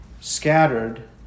scattered